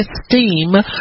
esteem